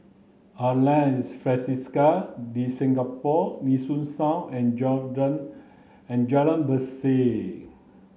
Alliance Francaise de Singapour Nee Soon South and and Jalan Berseh